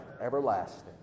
everlasting